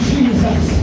Jesus